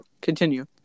Continue